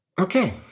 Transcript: Okay